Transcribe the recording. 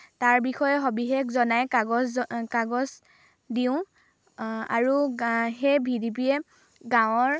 তাৰ বিষয়ে সবিশেষ জনাই কাগজ কাগজ দিওঁ আৰু সেই ভিডিবিয়ে গাঁৱৰ